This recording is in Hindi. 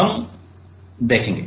हम देखगे